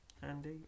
handy